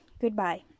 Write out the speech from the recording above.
Goodbye